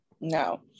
no